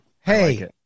Hey